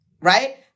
right